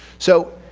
so,